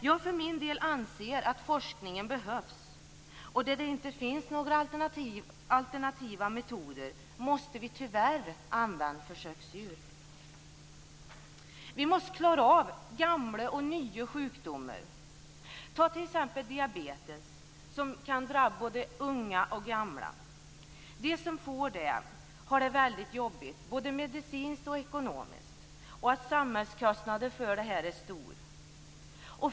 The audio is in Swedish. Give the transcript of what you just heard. Jag för min del anser att forskningen behövs, och där det inte finns några alternativa metoder måste vi tyvärr använda försöksdjur. Vi måste klara av gamla och nya sjukdomar, t.ex. diabetes, som drabbar både unga och gamla. De som drabbas av diabetes har det väldigt jobbigt, både medicinskt och ekonomiskt, och samhällskostnaderna är stora.